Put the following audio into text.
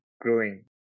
growing